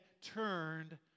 turned